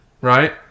right